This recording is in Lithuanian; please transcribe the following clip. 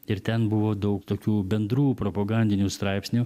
ir ten buvo daug tokių bendrų propagandinių straipsnių